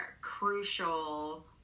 crucial